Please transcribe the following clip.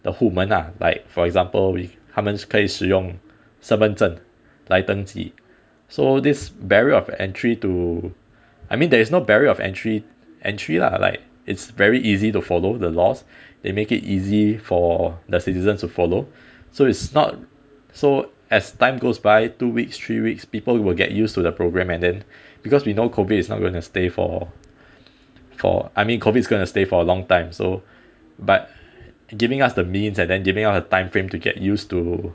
的户门 lah like for example 他们可以使用身份证来登记 so this barrier of entry to I mean there is no barrier of entry entry lah like it's very easy to follow the laws they make it easy for the citizens to follow so it's not so as time goes by two weeks three weeks people will get used to the program and then because we know COVID is not gonna stay for for I mean COVID's gonna stay for a long time so but giving us the means and then giving us a time frame to get used to